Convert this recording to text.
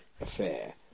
affair